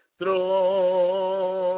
throne